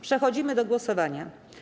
Przechodzimy do głosowania.